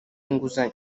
inguzanyo